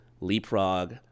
leapfrog